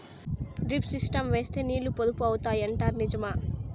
Drip system వేస్తే నీళ్లు పొదుపు అవుతాయి అంటారు నిజమా?